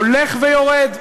הולך ויורד.